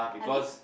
have you